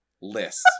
list